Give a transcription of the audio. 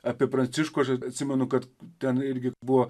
apie pranciškų aš atsimenu kad ten irgi buvo